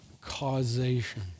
causation